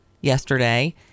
yesterday